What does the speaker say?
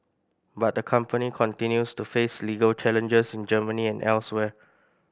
but the company continues to face legal challenges in Germany and elsewhere